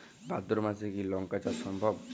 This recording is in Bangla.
ভাদ্র মাসে কি লঙ্কা চাষ সম্ভব?